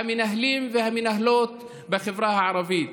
המנהלים והמנהלות בחברה הערבית.